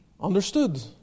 understood